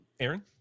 aaron